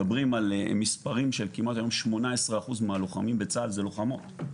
מדברים על המספרים של כמעט היום 18% מהלוחמים בצה"ל זה לוחמות.